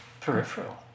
Peripheral